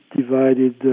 divided